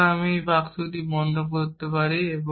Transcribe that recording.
তারপর আমি এই বাক্সটি বন্ধ করতে পারি